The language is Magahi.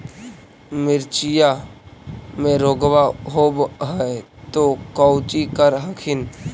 मिर्चया मे रोग्बा होब है तो कौची कर हखिन?